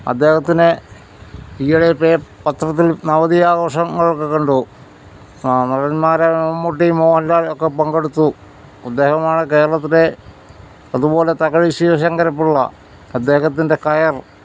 അദ്ദേഹത്തിനെ ഈയിടെ പേ പത്രത്തിൽ നവതി ആഘോഷങ്ങളൊക്കെ കണ്ടു ആ നടന്മാര് മമ്മൂട്ടി മോഹൻലാൽ ഒക്കെ പങ്കെടുത്തു അദ്ദേഹമാണ് കേരളത്തിലെ അതുപോലെ തകഴി ശിവശങ്കരപ്പിള്ള അദ്ദേഹത്തിൻ്റെ കയർ